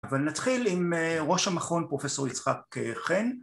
אבל נתחיל עם ראש המכון, פרופסור יצחק חן